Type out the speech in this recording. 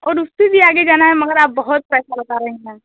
और उससे भी आगे जाना है मगर आप बहुत पैसा बता रही हैं